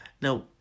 Now